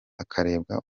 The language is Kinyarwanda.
hakarebwa